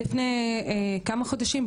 אז לפני כמה חודשים,